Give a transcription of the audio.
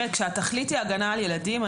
כאשר התכלית היא הגנה על ילדים,